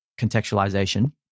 contextualization